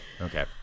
Okay